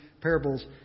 parables